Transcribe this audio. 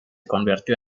convirtió